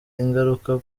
ingaruka